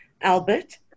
Albert